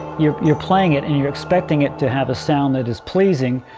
you're you're playing it and you're expecting it to have a sound that is pleasing.